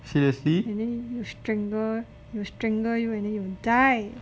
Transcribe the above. and you strangle it will strangle you and then you will die